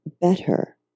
better